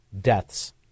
deaths